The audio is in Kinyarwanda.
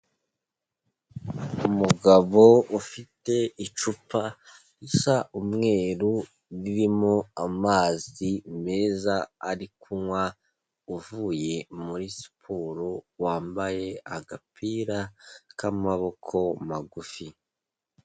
Umugabo ufite icupa risa umweru ririmo amazi meza ari kunywa, uvuye muri siporo, wambaye agapira k'amaboko magufi.